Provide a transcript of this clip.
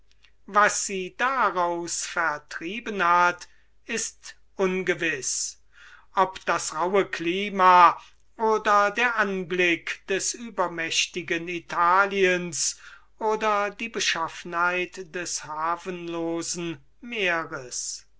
was sie daraus vertrieben hat ist ungewiß ob das rauhe klima oder der anblick des übermächtigen italiens oder die beschaffenheit des hafenlosen meeres